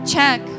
Check